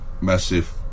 massive